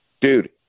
Dude